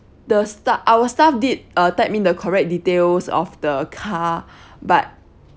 the sta~ our staff did uh type in the correct details of the car but